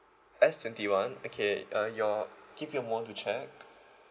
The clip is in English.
S twenty one okay uh your give me a moment to check